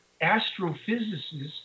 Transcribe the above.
astrophysicists